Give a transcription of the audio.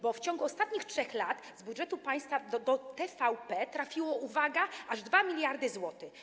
Bo w ciągu ostatnich 3 lat z budżetu państwa do TVP trafiły - uwaga - aż 2 mld zł.